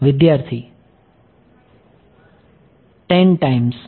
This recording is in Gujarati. વિદ્યાર્થી 10 ટાઈમ્સ